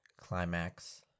climax